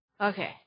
Okay